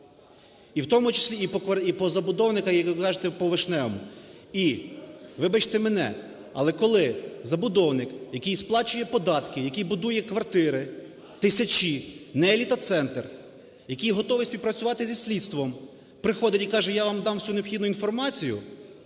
і в тому числі і по забудовнику, як ви кажете, по Вишневому. І, вибачте мене, але коли забудовник, який сплачує податки, який будує квартири, тисячі, не "Еліта-Центр", який готовий співпрацювати зі слідством, приходить і каже: "Я вам дам всю необхідну інформацію,